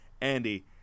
Andy